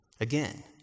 again